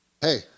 hey